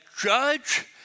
judge